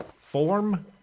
form